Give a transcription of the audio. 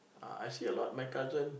ah I see a lot of my cousin